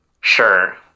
Sure